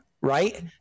right